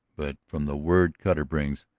but, from the word cutter brings,